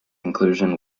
inclusion